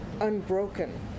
unbroken